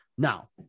Now